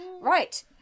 Right